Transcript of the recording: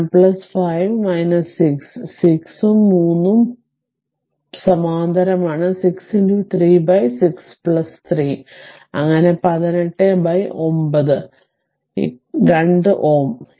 അതിനാൽ 1 5 6 6 ഉം 3 ഉം സമാന്തരമാണ് 6 3 6 3 അങ്ങനെ 18 9 വരെ 2 Ω